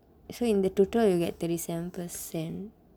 so in the total you get thirty seven percent